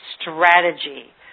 strategy